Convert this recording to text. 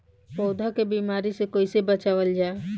पौधा के बीमारी से कइसे बचावल जा?